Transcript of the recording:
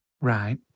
Right